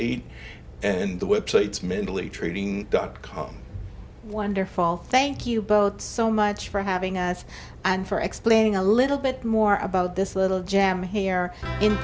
eight and the website's mentally trading dot com wonderful thank you both so much for having us and for explaining a little bit more about this little jam here in